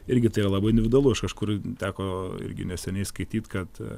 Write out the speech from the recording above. irgi tai yra labai individualu aš kažkur teko irgi neseniai skaityt kad